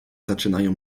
zaczynają